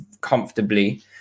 comfortably